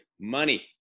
money